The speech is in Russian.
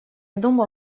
думал